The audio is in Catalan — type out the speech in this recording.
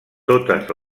totes